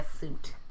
suit